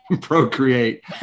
procreate